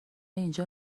اینجا